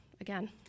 again